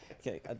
okay